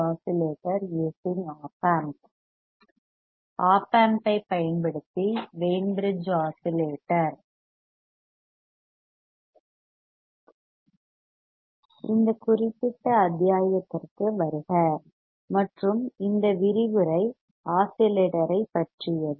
op ஆம்பைப் பயன்படுத்தி Wien bridge oscillator இந்த குறிப்பிட்ட அத்தியாயத்திற்கு வருக மற்றும் இந்த விரிவுரை ஆஸிலேட்டரைப் பற்றியது